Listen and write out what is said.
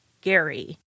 Gary